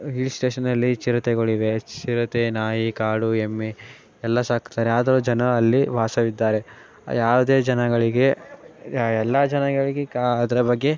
hill ಸ್ಟೇಷನಲ್ಲಿ ಚಿರತೆಗಳಿವೆ ಚಿರತೆ ನಾಯಿ ಕಾಡು ಎಮ್ಮೆ ಎಲ್ಲ ಸಾಕ್ತಾರೆ ಆದರೂ ಜನ ಅಲ್ಲಿ ವಾಸವಿದ್ದಾರೆ ಯಾವುದೇ ಜನಗಳಿಗೆ ಯ ಎಲ್ಲ ಜನಗಳಿಗೆ ಕಾ ಅದರ ಬಗ್ಗೆ